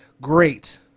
great